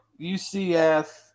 UCF